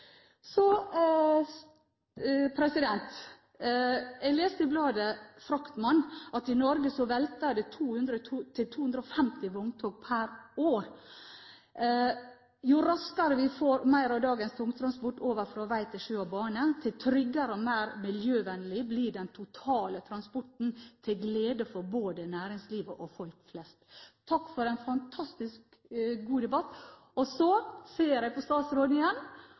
Jeg leste i bladet «Fraktemann» at i Norge velter det 200–250 vogntog per år. Jo raskere vi får mer av dagens tungtransport over fra vei til sjø og bane, jo tryggere og mer miljøvennlig blir den totale transporten, til glede for både næringslivet og folk flest. Takk for en fantastisk god debatt. Så ser jeg på statsråden igjen